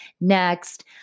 Next